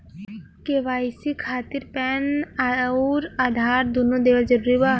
KYC खातिर PAN आउर आधार दुनों देवल जरूरी बा?